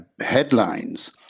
headlines